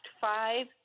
five